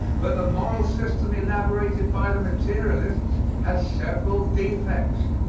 but the moral system elaborated by the materialists has several defects.